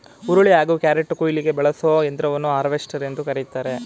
ಹುರುಳಿ ಹಾಗೂ ಕ್ಯಾರೆಟ್ಕುಯ್ಲಿಗೆ ಬಳಸೋ ಯಂತ್ರವನ್ನು ಹಾರ್ವೆಸ್ಟರ್ ಎಂದು ಕರಿತಾರೆ